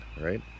right